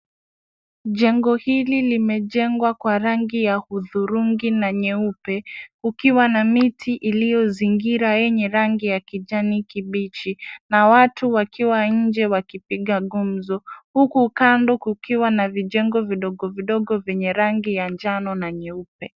Jengo hili limejengwa kwa rangi ya hudhurungi na nyeupe kukiwa na miti iliyozingira yenye rangi ya kijani kibichi na watu wakiwa nje wakipiga gumzo huku kando kukiwa na vijengo vidogo vidogo vyenye rangi ya njano na nyeupe.